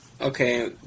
okay